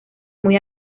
muy